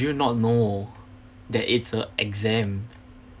you not know that it's a exam